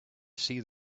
see